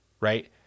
right